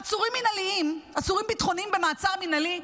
עצורים מינהליים, עצורים ביטחוניים במעצר מינהלי,